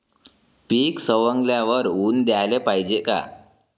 पीक सवंगल्यावर ऊन द्याले पायजे का?